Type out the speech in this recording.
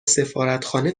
سفارتخانه